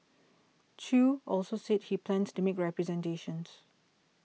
Chew also said he plans to make representations